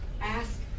Ask